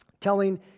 telling